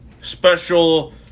special